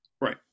right